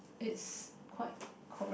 it's quite correct